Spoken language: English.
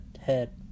head